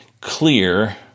clear